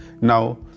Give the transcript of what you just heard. Now